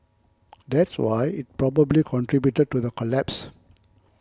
that's why it probably contributed to the collapse